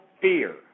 fear